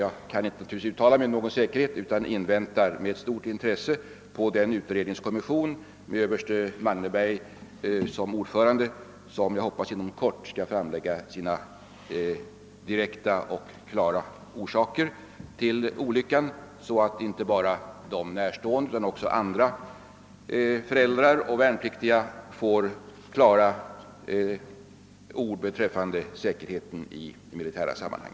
Jag kan naturligtvis inte uttala mig med säkerhet utan väntar med stort intresse på resultaten av det arbete som den av överste Magneberg ledda utredningskommissionen bedriver. Jag hoppas att kommissionen inom kort skall kunna redovisa de direkta orsakerna till olyckan, så att inte bara de närstående utan också andra föräldrar och de värnpliktiga får klara besked beträffande säkerheten i militära sammanhang.